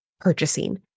purchasing